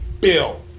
Bill